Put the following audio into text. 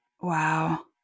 Wow